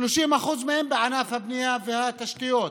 30% מהם בענף הבנייה והתשתיות